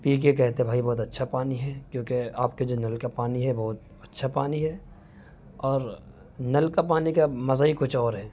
پی K کہتے ہیں بھائی بہت اچّھا پانی ہے کیونکہ آپ کے جو نل کا پانی ہے بہت اچّھا پانی ہے اور نل کا پانی کا مزہ ہی کچھ اور ہے